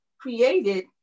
created